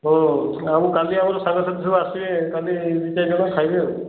ଆଉ କାଲି ଆମର ସାଙ୍ଗ ସାଥି ସବୁ ଆସିବେ କାଲି ଦୁଇ ଚାରିଜଣ ଖାଇବେ ଆଉ